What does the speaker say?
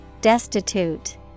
Destitute